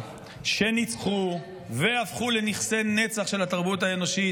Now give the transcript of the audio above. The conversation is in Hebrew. שניצחו והפכו לנכסי נצח של התרבות האנושית,